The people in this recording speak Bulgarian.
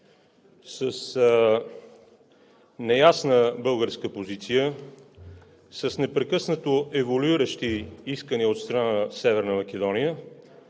с неясна българска позиция, с непрекъснато еволюиращи искания от страна на Северна Македония,